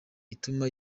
ituma